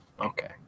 Okay